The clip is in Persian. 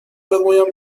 بگویم